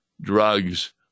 drugs